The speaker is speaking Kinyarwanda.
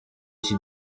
iki